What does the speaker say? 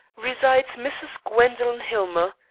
resides mrs. gwendoline hillmer.